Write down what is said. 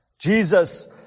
Jesus